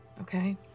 okay